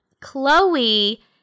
chloe